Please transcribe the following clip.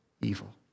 evil